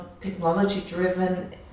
technology-driven